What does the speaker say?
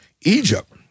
Egypt